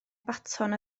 baton